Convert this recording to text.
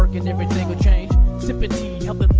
and everything will change sippin' tea help